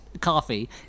coffee